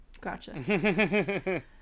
Gotcha